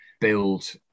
build